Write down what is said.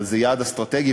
אבל זה יעד אסטרטגי,